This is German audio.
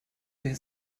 wer